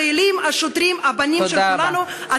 החיילים, השוטרים, הבנים של כולנו.